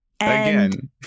again